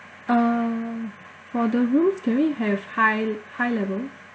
um for the rooms can we have high high level